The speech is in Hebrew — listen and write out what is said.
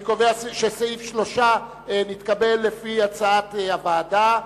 אני קובע שסעיף 3 נתקבל לפי הצעת הוועדה.